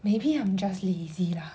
maybe I'm just lazy lah